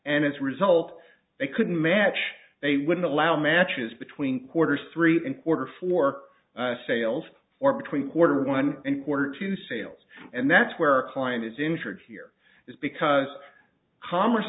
it's result they couldn't match they wouldn't allow matches between quarters three in order for sales or between quarter one and quarter two sales and that's where a client is injured here is because commerce